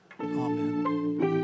Amen